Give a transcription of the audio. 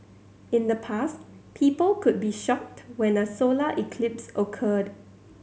in the past people could be shocked when a solar eclipse occurred